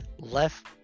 left